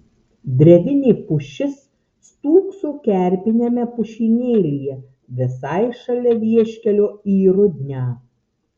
drevinė pušis stūkso kerpiniame pušynėlyje visai šalia vieškelio į rudnią